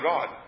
God